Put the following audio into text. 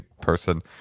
person